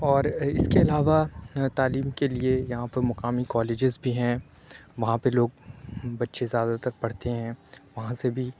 اور اِس كے علاوہ تعلیم كے لیے یہاں پر مقامی کالجیز بھی ہیں وہاں پہ لوگ بچے زیادہ تر پڑھتے ہیں وہاں سے بھی